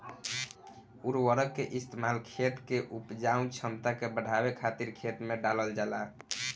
उर्वरक के इस्तेमाल खेत के उपजाऊ क्षमता के बढ़ावे खातिर खेत में डालल जाला